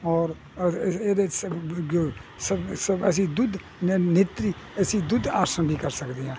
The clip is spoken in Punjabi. ਔਰ ਇਹਦੇ ਚ ਅਸੀਂ ਦੁੱਧ ਨੇਤਰੀ ਅਸੀ ਦੁੱਧ ਆਸਣ ਨਹੀਂ ਕਰ ਸਕਦੇ ਹਾਂ